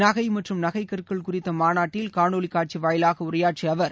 நகை மற்றும் நகைக் கற்கள் குறித்த மாநாட்டில் காணொலி காட்சி வாயிலாக உரையாற்றிய அவர்